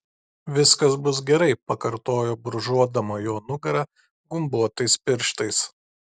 viskas bus gerai pakartojo brūžuodama jo nugarą gumbuotais pirštais